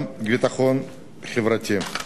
גם ביטחון חברתי,